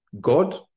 God